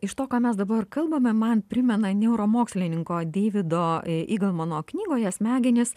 iš to ką mes dabar kalbame man primena neuromokslininko deivido igalmano knygoje smegenys